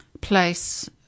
place